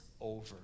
over